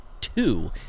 two